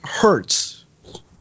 hurts